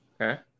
okay